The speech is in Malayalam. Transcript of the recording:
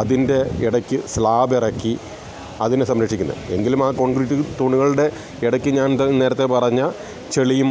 അതിൻ്റെ ഇടയ്ക്ക് സ്ലാബ് ഇറക്കി അതിനെ സംരക്ഷിക്കുന്നത് എങ്കിലും ആ കോൺക്രീറ്റ് തൂണുകളുടെ ഇടയ്ക്ക് ഞാൻ നേരത്തെ പറഞ്ഞ ചെളിയും